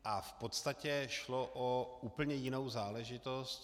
V podstatě šlo o úplně jinou záležitost.